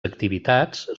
activitats